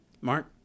Mark